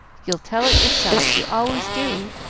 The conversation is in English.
you'll tell it yourself. you always do.